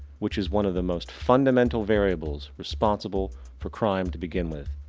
which is one of the most fundamental variables responsible for crime to begin with.